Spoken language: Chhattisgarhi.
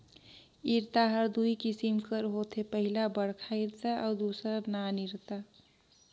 इरता हर दूई किसिम कर होथे पहिला बड़खा इरता अउ दूसर नान इरता